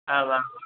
आम् आम्